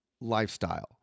lifestyle